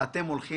ואתם הולכים